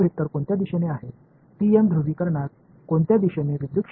இந்த வெக்டர் மின்சார புலம் TM போலாரிசஷன்ஸ் திசையில் உள்ளது